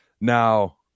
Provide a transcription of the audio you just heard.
Now